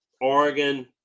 Oregon